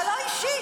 לא, זה לא אישי.